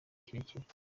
kirekire